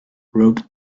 rope